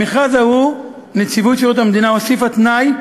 למכרז ההוא לראש מערך הגיור נציבות שירות המדינה הוסיפה תנאי,